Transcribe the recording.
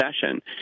session –